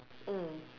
mm